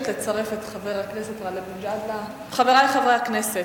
(רכישת דגלי המדינה מתוצרת הארץ),